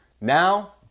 Now